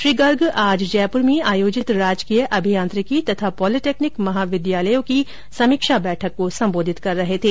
श्री गर्ग आज जयपुर में आयोजित राजकीय अभियांत्रिकी तथा पॉलिटेक्निक महाविद्यालयों की समीक्षा बैठक को संबोधित कर रहे थे